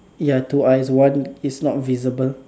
ya two eyes one is not visible